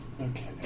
Okay